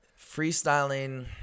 freestyling